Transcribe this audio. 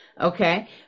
okay